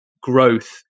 growth